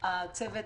צוות